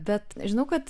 bet žinau kad